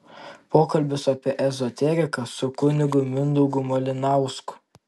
pokalbis apie ezoteriką su kunigu mindaugu malinausku